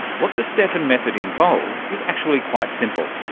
what the steffen method involves is actually quite simple,